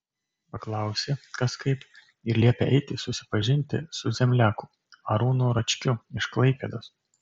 paklausė kas kaip ir liepė eiti susipažinti su zemliaku arūnu račkiu iš klaipėdos